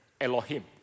Elohim